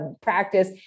practice